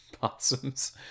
possums